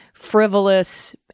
frivolous